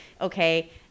okay